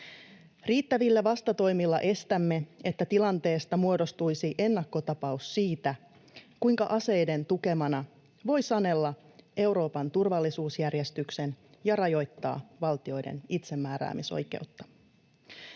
Riittävillä vastatoimilla estämme sen, että tilanteesta muodostuisi ennakkotapaus siitä, kuinka aseiden tukemana voi sanella Euroopan turvallisuusjärjestyksen ja rajoittaa valtioiden itsemääräämisoikeutta.